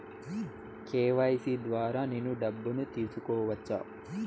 KYC ద్వారా నేను డబ్బును తీసుకోవచ్చా?